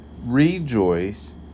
rejoice